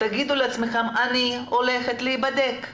תגידו לעצמכם 'אני הולכת להבדק'